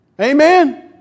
Amen